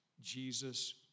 Jesus